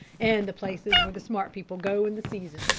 and the places where the smart people go in the season,